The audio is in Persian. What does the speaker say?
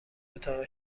اتاق